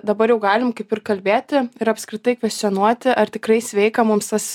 dabar jau galim kaip ir kalbėti ir apskritai kvestionuoti ar tikrai sveika mums tas